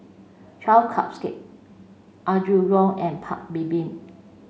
twelve Cupcakes Apgujeong and Paik Bibim